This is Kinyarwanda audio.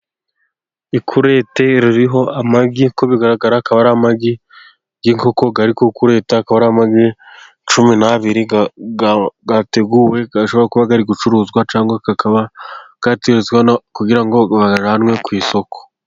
Ikurete ririho amagi, uko bigaragara akaba ari amagi y'inkoko ari ku ikurite, akaba ari amagi cumi n'abiri yateguwe, ashobora kuba ari gucuruzwa, cyangwa akaba yashyizwe hano kugira ngo ajyanwe ku isoko.